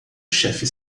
chefe